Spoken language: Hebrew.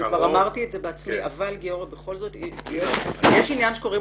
כבר אמרתי את זה בעצמי אבל בכל זאת יש עניין שקוראים